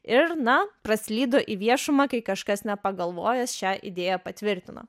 ir na praslydo į viešumą kai kažkas nepagalvojęs šią idėją patvirtino